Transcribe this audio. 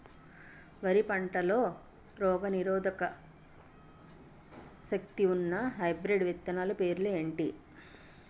వరి పంటలో రోగనిరోదక శక్తి ఉన్న హైబ్రిడ్ విత్తనాలు పేర్లు ఏంటి?